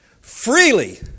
freely